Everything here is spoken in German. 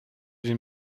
den